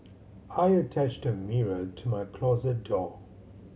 I attached a mirror to my closet door